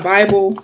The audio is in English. Bible